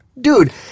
Dude